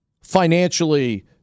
financially